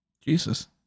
Jesus